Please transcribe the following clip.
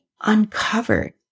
uncovered